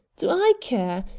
do i care?